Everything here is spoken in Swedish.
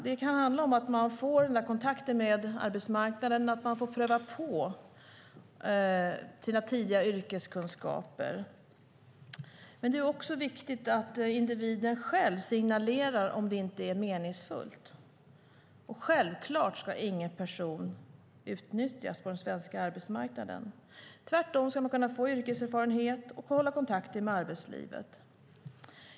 Det kan handla om att man får den där kontakten med arbetsmarknaden, att man får pröva sina tidigare yrkeskunskaper, men det är också viktigt att individer själva signalerar om det inte är meningsfullt. Självklart ska ingen person utnyttjas på den svenska arbetsmarknaden. Tvärtom ska man kunna få yrkeserfarenhet och hålla kontakten med arbetslivet.